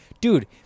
Dude